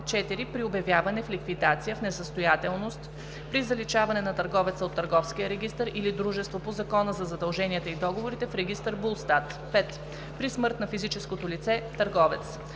4. при обявяване в ликвидация, в несъстоятелност, при заличаване на търговеца от Търговския регистър или дружество по Закона за задълженията и договорите в регистър БУЛСТАТ; 5. при смърт на физическото лице – търговец.